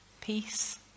peace